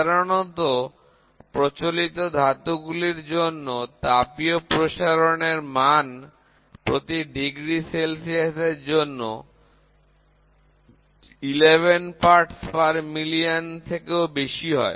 সাধারণত প্রচলিত ধাতু গুলির জন্য তাপীয় প্রসারণ এর মান প্রতি ডিগ্রি সেলসিয়াস এর জন্য 11 পার্টস প্রতি মিলিয়ন থেকেও বেশি হয়